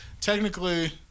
technically